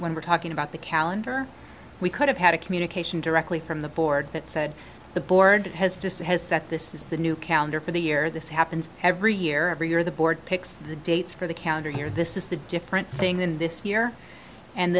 when we're talking about the calendar we could have had a communication directly from the board that said the board has just has set this is the new calendar for the year this happens every year every year the board picks the dates for the counter here this is the different thing than this year and